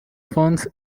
phones